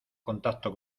contacto